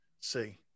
see